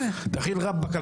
דחיל ראבק,